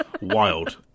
wild